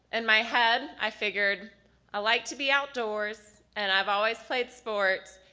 and my head, i figured i like to be outdoors, and i've always played sports,